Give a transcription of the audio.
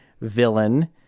villain